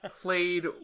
played